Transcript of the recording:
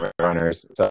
runners